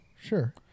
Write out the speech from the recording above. Sure